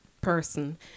person